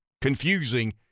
confusing